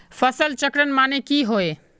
फसल चक्रण माने की होय?